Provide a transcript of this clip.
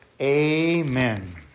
Amen